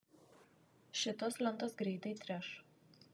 šitos lentos greitai treš